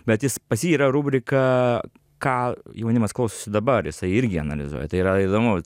bet jis pas jį yra rubrika ką jaunimas klausosi dabar jisai irgi analizuoja tai yra įdomu